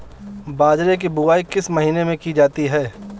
बाजरे की बुवाई किस महीने में की जाती है?